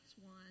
one